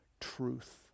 truth